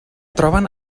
troben